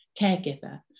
caregiver